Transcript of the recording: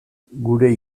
gure